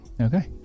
okay